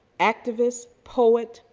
activist, poet,